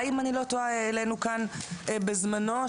העלינו כאן את נושא פינת החי,